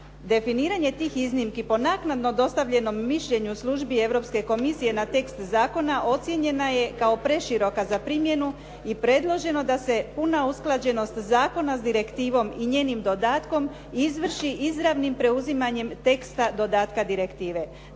Definiranje tih iznimki po naknadno dostavljenom mišljenju službi Europske komisije na tekst zakona ocijenjena je kao preširoka za primjenu i predloženo da se puna usklađenost zakona s direktivom i njenim dodatkom izvrši izravnim preuzimanjem teksta dodatka direktive.